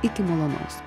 iki malonaus